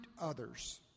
others